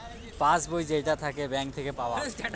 pass বই যেইটা থাকে ব্যাঙ্ক থাকে পাওয়া